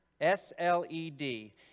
S-L-E-D